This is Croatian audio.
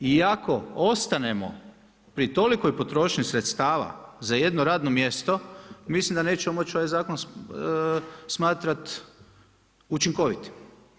I ako ostanemo pri tolikoj potrošnji sredstava za jedno radno mjesto, mislim da nećemo moći ovaj zakon smatrat učinkovitim.